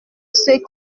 ceux